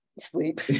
Sleep